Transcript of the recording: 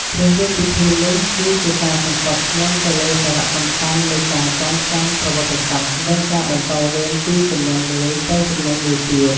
ព្រះរាជពិធីនេះគឺជាការសង្កត់ធ្ងន់ទៅលើសារៈសំខាន់នៃការចងចាំប្រវត្តិសាស្រ្ត និងការបន្តវេនពីជំនាន់មួយទៅជំនាន់មួយទៀត។